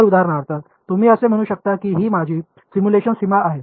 तर उदाहरणार्थ तुम्ही असे म्हणू शकता की ही माझी सिम्युलेशन सीमा आहे